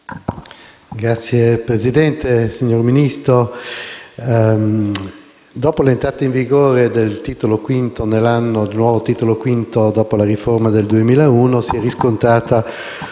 Signor Presidente, signor Ministro,